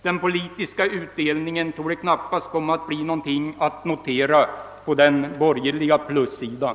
Den politiska utdelningen torde knappast komma att bli någonting att notera på den borgerliga plussidan.